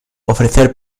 ofrecer